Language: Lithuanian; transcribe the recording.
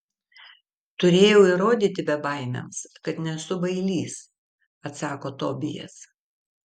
turėjau įrodyti bebaimiams kad nesu bailys atsako tobijas